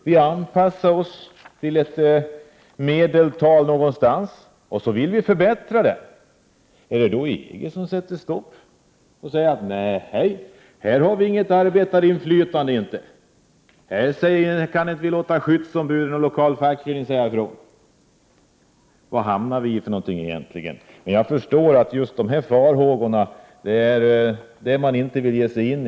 Vi anpassar oss till ett genomsnitt, men sedan vill vi kanske förbättra förhållandena. Sätter då EG stopp för det genom att säga att det inte finns något arbetarinflytande inom EG? Vi kan inte låta skyddsombud och lokal fackförening säga ifrån. Var hamnar vi egentligen? Jag förstår att just dessa farhågor är det som socialdemokraterna inte vill gå in på.